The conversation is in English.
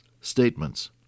statements